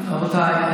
רבותיי,